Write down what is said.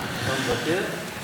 כבוד היושב-ראש,